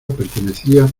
pertenecía